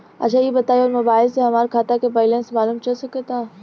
अच्छा ई बताईं और मोबाइल से हमार खाता के बइलेंस मालूम चल सकेला?